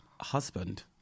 husband